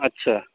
अच्छा